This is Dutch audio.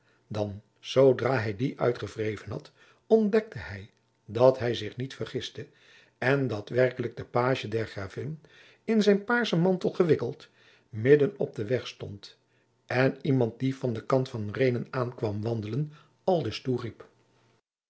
dan zoodra hij die uitgewreven had ontdekte hij dat hij zich niet vergiste en dat werkelijk de pagie der gravin in zijn paarssen mantel gewikkeld midden op den weg stond en iemand die van den kant van reenen aan kwam wandelen aldus